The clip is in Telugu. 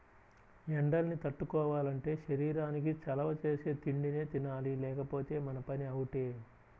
ఎండల్ని తట్టుకోవాలంటే శరీరానికి చలవ చేసే తిండినే తినాలి లేకపోతే మన పని అవుటే